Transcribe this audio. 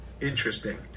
interesting